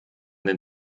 den